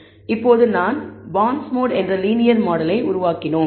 இப்போது நாம் பாண்ட்ஸ்மோட் என்ற லீனியர் மாடலை உருவாக்கினோம்